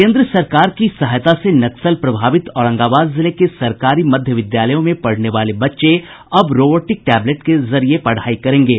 केंद्र सरकार की सहायता से नक्सल प्रभावित औरंगाबाद जिले के सरकारी मध्य विद्यालयों मे पढने वाले बच्चे अब रोबोटिक टैबलेट के जरिए पढाई करेंगे